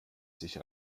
sich